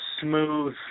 smooth